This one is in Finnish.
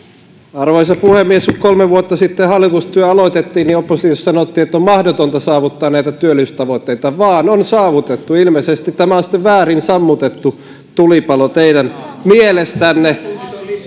arvoisa puhemies kun kolme vuotta sitten hallitustyö aloitettiin oppositiossa sanottiin että on mahdotonta saavuttaa näitä työllisyystavoitteita vaan on saavutettu ilmeisesti tämä on sitten väärin sammutettu tulipalo teidän mielestänne